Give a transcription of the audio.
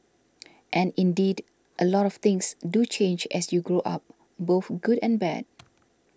and indeed a lot of things do change as you grow up both good and bad